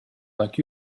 like